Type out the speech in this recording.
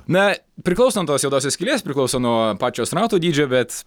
na priklauso nuo tos juodosios skylės priklauso nuo pačio astronauto dydžio bet